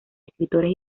escritores